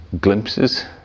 glimpses